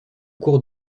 cours